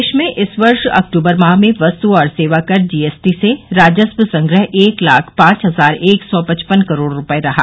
देश में इस वर्ष अक्टूबर में वस्तु और सेवा कर जीएसटी से राजस्व संग्रह एक लाख पांच हजार एक सौ पचपन करोड़ रुपये रहा